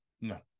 No